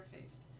faced